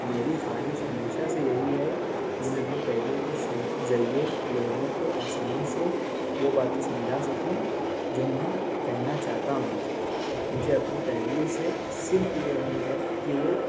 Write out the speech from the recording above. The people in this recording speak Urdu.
میری خواہش ہمیشہ سے یہی ہے کہ میں اپنی تحریر کے ذریعہ لوگوں کو آسانی سے وہ باتیں سمجھا سکوں جو میں کہنا چاہتا ہوں مجھے اپنی تحریر سے صرف یہ امید ہے کہ وہ